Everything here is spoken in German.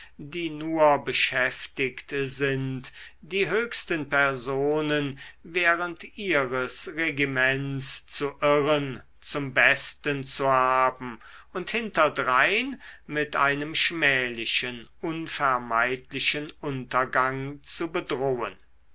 die nur beschäftigt sind die höchsten personen während ihres regiments zu irren zum besten zu haben und hinterdrein mit einem schmählichen unvermeidlichen untergang zu bedrohen